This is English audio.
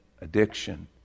addiction